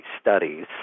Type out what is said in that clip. studies